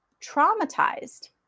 traumatized